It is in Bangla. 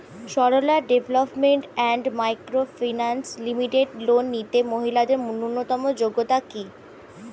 Sarala development and micro finance limited loan নিতে মহিলাদের ন্যূনতম যোগ্যতা কী?